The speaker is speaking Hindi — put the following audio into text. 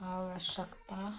आवश्यकता